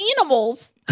animals